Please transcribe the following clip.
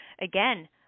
again